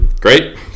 great